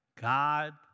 God